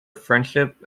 friendship